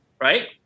Right